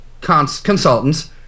consultants